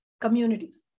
communities